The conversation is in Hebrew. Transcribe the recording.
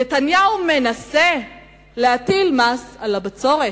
נתניהו מנסה להטיל מס בצורת.